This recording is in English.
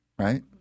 Right